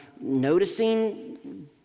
noticing